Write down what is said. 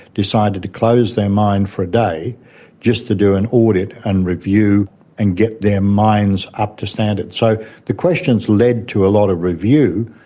decided to close their mine for a day just to do an audit and review and get their mines up to standard. so the questions lead to a lot of review,